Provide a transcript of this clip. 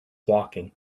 walking